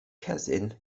cousin